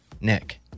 Nick